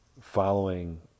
following